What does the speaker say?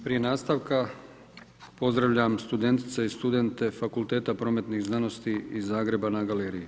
Prije nastavka pozdravljam studentice i studente Fakulteta prometnih znanosti iz Zagreba na galeriji.